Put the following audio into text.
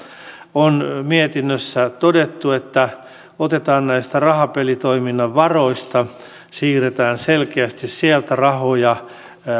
on mietinnössä todettu että otetaan rahapelitoiminnan varoista siirretään selkeästi sieltä rahoja